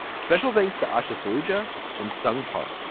special thanks to ushe soldier and sung park.